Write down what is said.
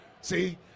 See